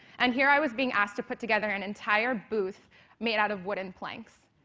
and here i was being asked to put together an entire booth made out of wooden planks.